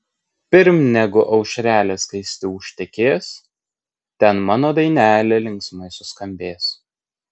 pirm negu aušrelė skaisti užtekės ten mano dainelė linksmai suskambės